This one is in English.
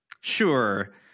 Sure